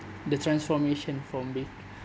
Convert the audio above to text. the transformation from being